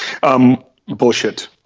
Bullshit